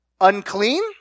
unclean